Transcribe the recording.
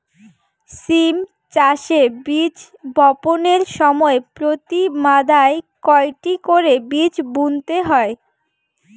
সিম চাষে বীজ বপনের সময় প্রতি মাদায় কয়টি করে বীজ বুনতে হয়?